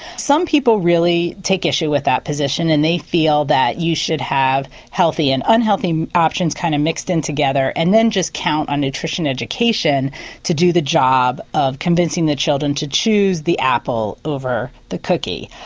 some people really take issue with that position and they feel that you should have healthy and unhealthy options kind of mixed in together and then just count on nutrition education to do the job of convincing the children to choose the apple, over the cookie.